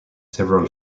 several